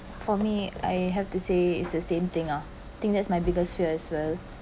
for me I have to say is the same thing ah think that's my biggest fear as well